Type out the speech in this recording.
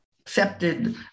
accepted